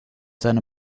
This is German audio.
seiner